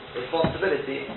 responsibility